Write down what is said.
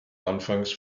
anfangs